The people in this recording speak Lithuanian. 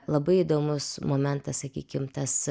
labai įdomus momentas sakykim tas